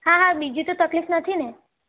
હા હા બીજી તો તકલીફ નથી ને